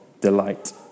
delight